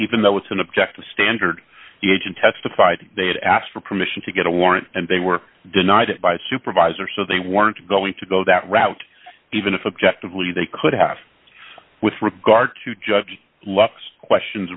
even though it's an objective standard the agent testified that they had asked for permission to get a warrant and they were denied by a supervisor so they weren't going to go that route even if objective leave they could have with regard to just left questions